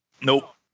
Nope